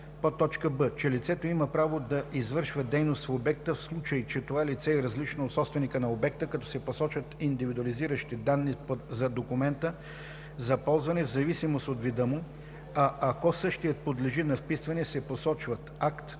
така: „б) че лицето има право да извършва дейност в обекта, в случай че това лице е различно от собственика на обекта, като се посочват индивидуализиращи данни за документа за ползване в зависимост от вида му, а ако същият подлежи на вписване, се посочват акт,